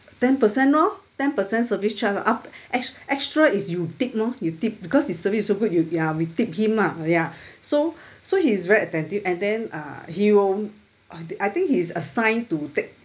ten percent lor ten percent service charge ah after ex~ extra is you tip lor you tip because his service so good you ya we tip him lah ya so so he's very attentive and then uh he won't I think he's assigned to take